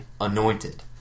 anointed